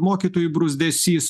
mokytojų bruzdesys